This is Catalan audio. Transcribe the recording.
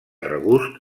regust